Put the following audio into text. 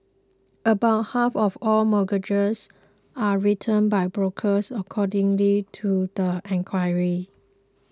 about half of all mortgages are written by brokers accordingly to the inquiry